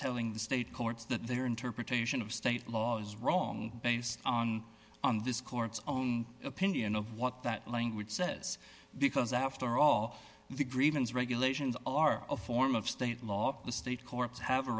telling the state courts that their interpretation of state law is wrong based on on this court's own opinion of what that language says because after all the grievance regulations all are a form of state law the state courts have a